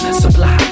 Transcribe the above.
supply